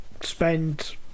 spend